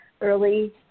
early